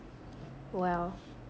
well